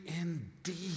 indeed